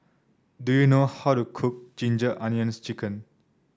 do you know how to cook Ginger Onions chicken